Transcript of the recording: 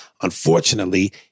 Unfortunately